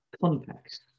context